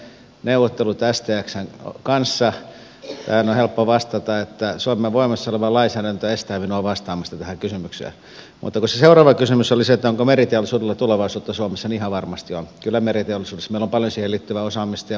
neuvottelut toisten exän kanssa ja helppo vastata että suomen voimassaoleva lainsäädäntö estää minua vastaamasta tähän kysymyksiä mutta seuraava kysymys oli se että veriteossa tulevaisuutta suomisen ja varmasti on sillä meriteollisuus meluvalli selittäväosaamista ja